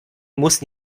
muss